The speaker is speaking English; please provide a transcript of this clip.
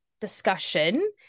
discussion